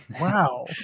Wow